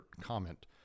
comment